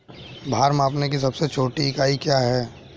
भार मापने की सबसे छोटी इकाई क्या है?